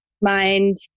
mind